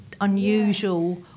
unusual